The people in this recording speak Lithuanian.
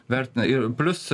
vertina ir plius